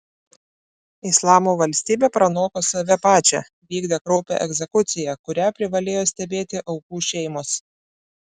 islamo valstybė pranoko save pačią vykdė kraupią egzekuciją kurią privalėjo stebėti aukų šeimos